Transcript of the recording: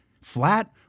Flat